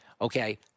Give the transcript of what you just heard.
okay